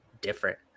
different